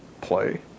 play